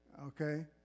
Okay